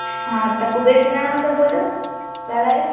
हा तव्हां कुबेर किराणा मां था ॿोलियो ॻाल्हायो